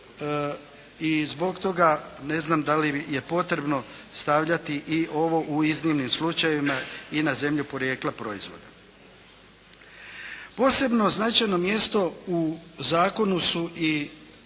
i zbog toga ne znam da li je potrebno stavljati i ovo u iznimnim slučajevima i na zemlju podrijetla proizvoda. Posebno značajno mjesto u zakonu su i